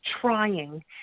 trying